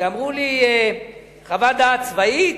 כשאמרו לי "חוות דעת צבאית",